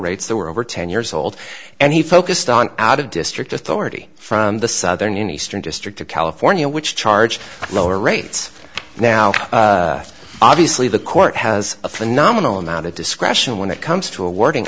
rates that were over ten years old and he focused on out of district authority from the southern and eastern district of california which charge lower rates now obviously the court has a phenomenal amount of discretion when it comes to awarding